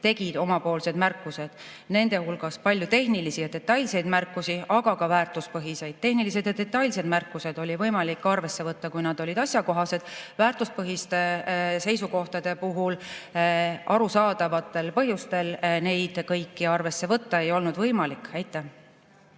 tegid omapoolsed märkused. Nende hulgas oli palju tehnilisi ja detailseid märkusi, aga ka väärtuspõhiseid. Tehnilised ja detailsed märkused oli võimalik arvesse võtta, kui nad olid asjakohased. Väärtuspõhiste seisukohtade puhul arusaadavatel põhjustel neid kõiki arvesse võtta ei olnud võimalik. Aitäh!